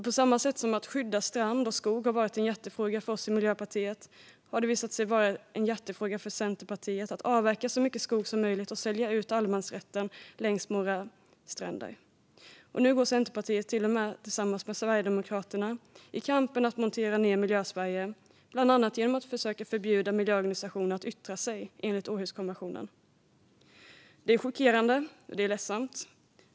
På samma sätt som att skydda strand och skog har varit hjärtefrågor för Miljöpartiet har det visat sig vara en hjärtefråga för Centerpartiet att avverka så mycket skog som möjligt och sälja ut allemansrätten längs våra stränder. Nu går Centerpartiet ihop med Sverigedemokraterna i kampen om att montera ned Miljösverige, bland annat genom att försöka förbjuda miljöorganisationer att yttra sig enligt Århuskonventionen. Det är chockerande, och det är ledsamt.